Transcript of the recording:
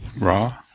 Raw